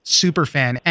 superfan